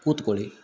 ಕೂತ್ಕೊಳ್ಳಿ